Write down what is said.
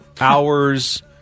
Hours